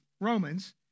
Romans